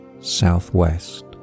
Southwest